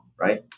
right